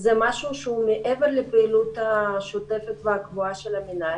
זה משהו שהוא מעבר לפעילות השוטפת והקבועה של המנהל.